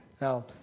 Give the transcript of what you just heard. Now